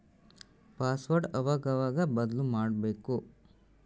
password ಅವಾಗವಾಗ ಬದ್ಲುಮಾಡ್ಬಕು